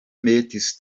metis